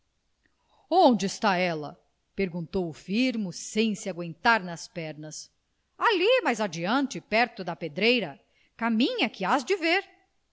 onde está ela perguntou o firmo sem se agüentar nas pernas ali mais adiante perto da pedreira caminha que hás de ver